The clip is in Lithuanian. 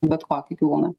bet kokį gyvūną